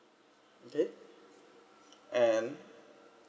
okay and